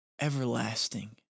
everlasting